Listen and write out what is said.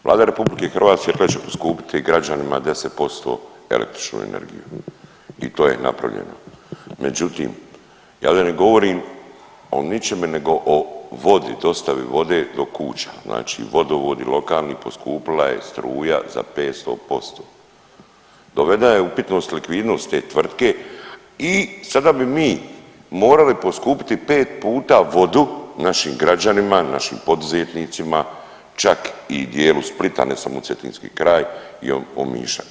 Vlada RH je rekla da će poskupiti građanima 10% električnu energiju i to je napravljeno, međutim ja ovdje ne govorim o ničemu nego o vodi, dostavi vode do kuća, znači vodovodi lokalni, poskupila je struja za 500% dovedena je u upitnost likvidnost te tvrtke i sada bi mi morali poskupiti 5 puta vodu našim građanima, našim poduzetnicima čak i dijelu Splita ne samo cetinski kraj i Omiša.